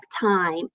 time